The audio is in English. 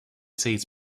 states